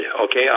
okay